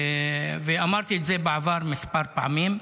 ואמרתי את זה בעבר כמה פעמים,